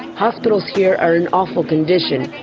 hospitals here are in awful condition.